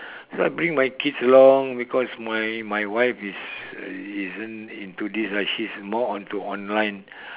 so I bring my kids along because my my wife is isn't into this right she's more onto online